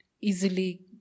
easily